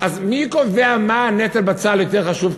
אז מי קובע בצה"ל מה הנטל היותר חשוב?